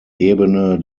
ebene